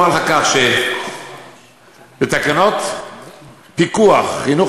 אני רוצה לומר לך כך: בתקנות פיקוח חינוך